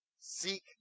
seek